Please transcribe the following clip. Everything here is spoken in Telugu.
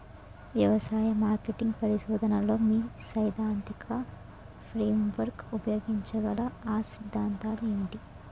వ్యవసాయ మార్కెటింగ్ పరిశోధనలో మీ సైదాంతిక ఫ్రేమ్వర్క్ ఉపయోగించగల అ సిద్ధాంతాలు ఏంటి?